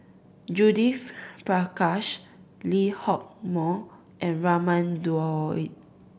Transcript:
Judith Prakash Lee Hock Moh and Raman Daud